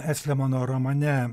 estlemano romane